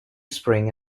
spring